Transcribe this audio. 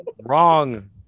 wrong